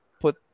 put